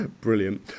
Brilliant